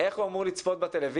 איך הוא אמור לצפות בטלוויזיה,